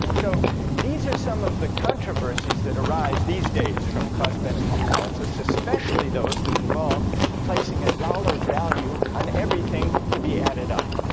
so these are some of the controversies that arise these days from cost-benefit analysis especially those that involve placing a dollar value on everything to be added up.